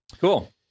Cool